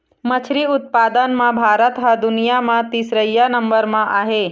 मछरी उत्पादन म भारत ह दुनिया म तीसरइया नंबर म आहे